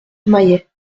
mayet